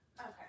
Okay